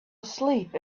asleep